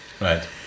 Right